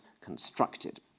constructed